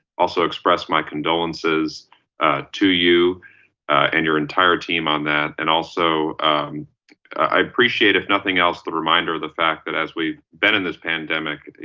also express my condolences to you and your entire team on that. and also i appreciate it if nothing else the reminder of the fact that as we've been in this pandemic,